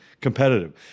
competitive